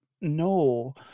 no